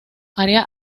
area